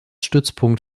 stützpunkt